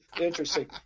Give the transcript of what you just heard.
interesting